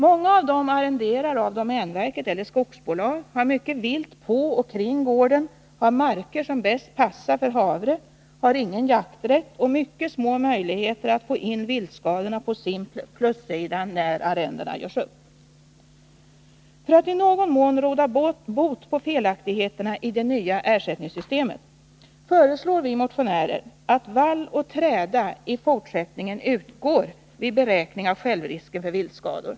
Många av dem arrenderar av domänverket eller skogsbolag, har mycket vilt på och kring gården, har marker som bäst passar för havre, har ingen jakträtt och mycket små möjligheter att få in viltskadorna på sin plussida när arrendena görs upp. För att i någon mån råda bot på felaktigheterna i det nya ersättningssystemet föreslår vi motionärer att vall och träda i fortsättningen utgår vid beräkning av självrisken för viltskador.